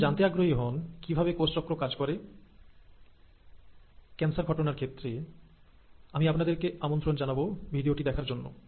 যদি আপনি জানতে আগ্রহী হন কিভাবে কোষ চক্র কাজ করে ক্যান্সার ঘটনার ক্ষেত্রেআমি আপনাদেরকে আমন্ত্রণ জানাব ভিডিওটি দেখার জন্য